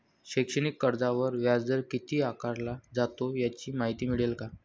शैक्षणिक कर्जावर व्याजदर किती आकारला जातो? याची माहिती मिळेल का?